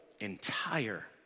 entire